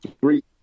Three